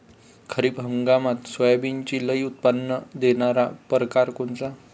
खरीप हंगामात सोयाबीनचे लई उत्पन्न देणारा परकार कोनचा?